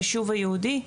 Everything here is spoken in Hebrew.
היישוב היהודי,